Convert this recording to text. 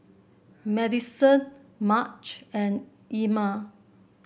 Madyson Marge and Ilma